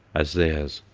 as theirs